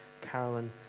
Carolyn